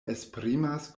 esprimas